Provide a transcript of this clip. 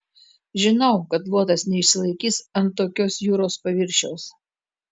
žinau kad luotas neišsilaikys ant tokios jūros paviršiaus